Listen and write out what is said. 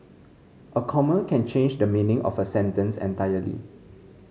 a comma can change the meaning of a sentence entirely